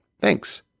Thanks